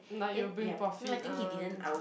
like you'll bring profit ah things like